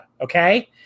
okay